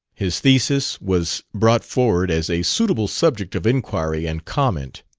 his thesis was brought forward as a suitable subject of inquiry and comment.